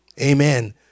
Amen